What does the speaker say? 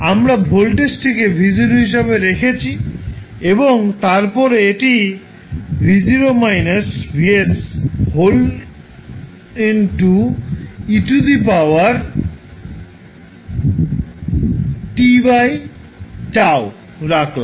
আমরা ভোল্টেজটিকে V0 হিসাবে রেখেছি এবং তারপরে এটি রাখলাম